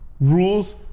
rules